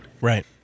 Right